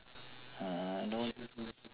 uh no